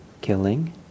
killing